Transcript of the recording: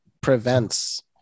prevents